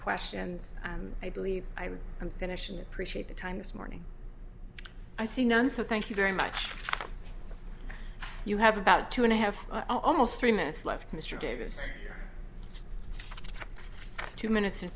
questions i believe i'm i'm finishing appreciate the time this morning i see no answer thank you very much you have about two and a half almost three minutes left mr davis two minutes and